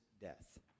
death